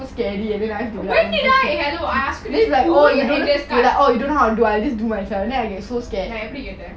when did I hello I ask you pull and just cut நான் எப்பிடி கேட்டான்:naan epidi keatan